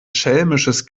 schelmisches